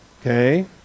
Okay